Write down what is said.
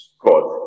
God